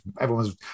Everyone's